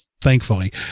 thankfully